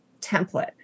template